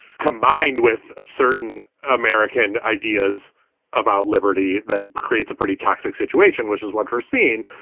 combined with a certain american ideas about liberty that creates a pretty toxic situation, which is what we're seeing.